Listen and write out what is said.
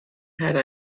had